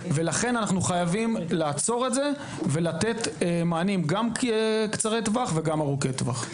ולכן אנחנו חייבים לעצור את זה ולתת מענים גם קצרי טווח וגם ארוכי טווח.